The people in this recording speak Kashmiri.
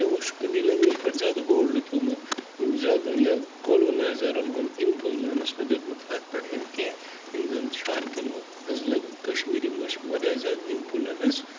تِمو چھُ پنٛنہِ لنٛگویج پٮ۪ٹھ زیادٕ ہولڈ تھوٚمُت زیادٕ یہِ کولونایزرَن ہُنٛد اِنفُلنس نہٕ دیُتمُت اَتھ پٮ۪ٹھ أمۍ کینٛہہ یِم زَن شَہرکٮ۪ن ہٕنٛز کَشمیٖری منٛز چھِ واریاہ زیادٕ اِنفُلَنٕس